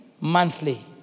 monthly